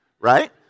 right